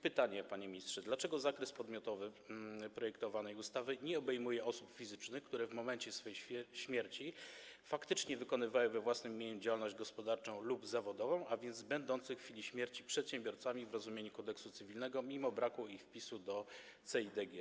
Pytanie, panie ministrze: Dlaczego zakres podmiotowy projektowanej ustawy nie obejmuje osób fizycznych, które w momencie swej śmierci faktycznie wykonywały we własnym imieniu działalność gospodarczą lub zawodową, a więc będących w chwili śmierci przedsiębiorcami w rozumieniu Kodeksu cywilnego mimo braku ich wpisu CEIDG?